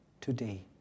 today